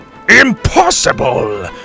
Impossible